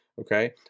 okay